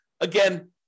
Again